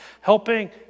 helping